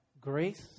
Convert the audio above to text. grace